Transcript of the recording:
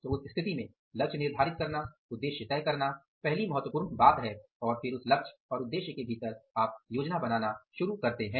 तो उस स्थिति में लक्ष्य निर्धारित करना उद्देश्य तय करना पहली महत्वपूर्ण बात है और फिर उस लक्ष्य और उद्देश्य के भीतर आप योजना बनाना शुरू करते हैं